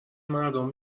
مردم